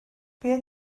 beth